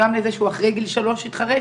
גם לזה שהוא אחרי גיל שלוש התחרש,